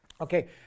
okay